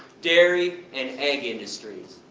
dairy and egg industries.